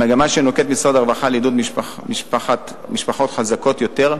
המגמה שנוקט משרד הרווחה לעידוד משפחות חזקות יותר,